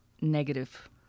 negative